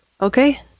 Okay